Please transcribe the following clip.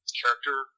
character